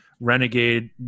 renegade